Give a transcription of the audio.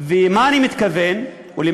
ולמה אני מתכוון?